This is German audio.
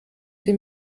sie